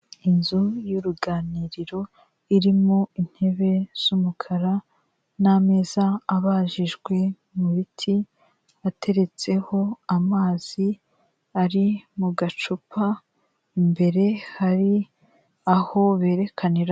Inzu y'uruganiriro irimo intebe z'umukara n'ameza abajijwe mu biti, ateretseho amazi ari mu gacupa imbere hari aho berekanira.